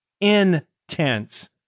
intense